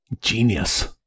Genius